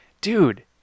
dude